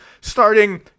starting